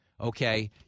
okay